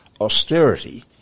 austerity